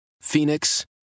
Phoenix